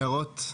הערות?